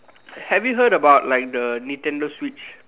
have you heard about like the Nintendo-Switch